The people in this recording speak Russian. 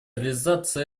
реализацию